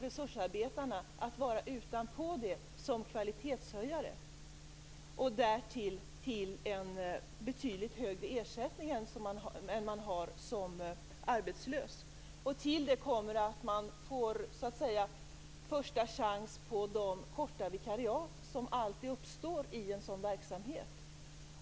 Resursarbetarna tillkommer utöver denna som kvalitetshöjare, med betydligt högre ersättning än vad man har som arbetslös. Dessutom får de första chansen till de korta vikariat som alltid uppstår i en sådan här verksamhet.